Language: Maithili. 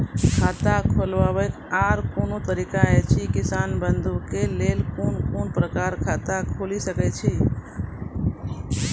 खाता खोलवाक आर कूनू तरीका ऐछि, किसान बंधु के लेल कून कून प्रकारक खाता खूलि सकैत ऐछि?